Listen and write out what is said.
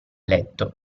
letto